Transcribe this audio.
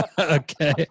Okay